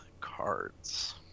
cards